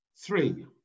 Three